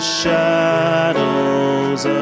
shadows